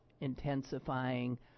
intensifying